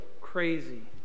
crazy